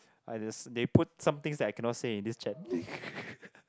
like they put some things I cannot say in this chat